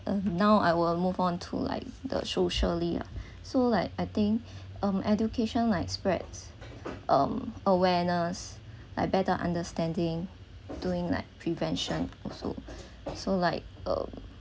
uh now I will move on to like the socially ah so like I think um education like spreads um awareness like better understanding doing like prevention also so like um